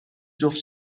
جفت